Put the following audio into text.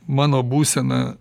mano būsena